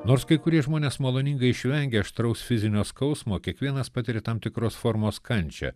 nors kai kurie žmonės maloningai išvengia aštraus fizinio skausmo kiekvienas patiria tam tikros formos kančią